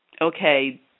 okay